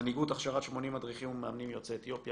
מנהיגות הכשרת 80 מדריכים ומאמנים יוצאי אתיופיה,